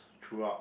throughout